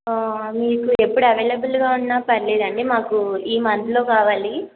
మీకు ఎప్పుడు అవైలబుల్గా ఉన్నా పర్వాలేదండి మాకు ఈ మంత్లో కావాలి